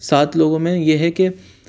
سات لوگوں میں یہ ہے کہ